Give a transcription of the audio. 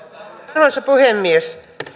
arvoisa puhemies